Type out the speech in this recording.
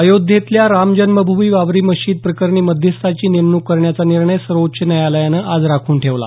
अयोध्येतल्या रामजन्मभूमी बाबरी मशीद प्रकरणी मध्यस्थाची नेमणूक करण्याचा निर्णय सर्वोच्च न्यायालयानं आज राखून ठेवला